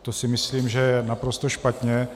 To si myslím, že je naprosto špatně.